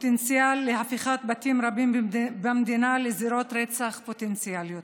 הפוטנציאל להפיכת בתים רבים במדינה לזירות רצח פוטנציאליות.